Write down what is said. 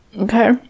Okay